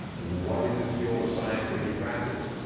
what is his field of science that he practiced?